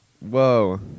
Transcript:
Whoa